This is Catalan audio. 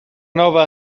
nova